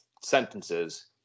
sentences